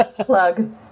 Plug